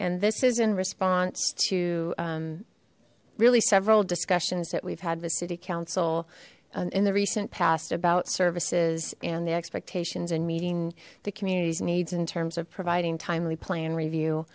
and this is in response to really several discussions that we've had the city council in the recent past about services and the expectations and meeting the community's needs in terms of providing timely plan review